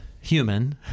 human